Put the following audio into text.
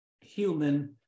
human